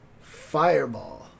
fireball